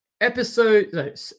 episode